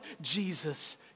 Jesus